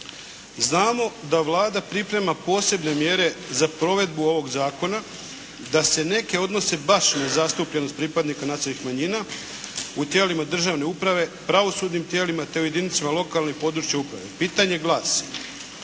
Znamo da Vlada priprema posebne mjere za provedbu ovoga Zakona, da se neke odnose baš na zastupljenost pripadnika nacionalnih manjina u tijelima državne uprave, pravosudnim tijelima te jedinicama lokalne i područne uprave. Pitanje glasi,